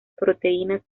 proteínas